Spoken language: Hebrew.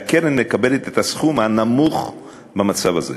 והקרן מקבלת את הסכום הנמוך במצב הזה.